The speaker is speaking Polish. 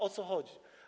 O co chodzi?